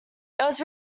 was